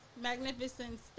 magnificent